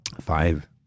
Five